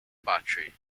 battery